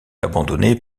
abandonné